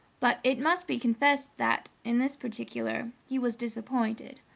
but it must be confessed that, in this particular, he was disappointed.